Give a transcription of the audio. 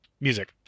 music